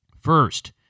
first